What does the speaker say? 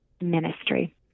ministry